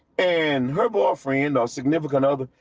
and her boyfriend or significant other,